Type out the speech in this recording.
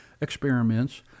experiments